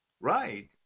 Right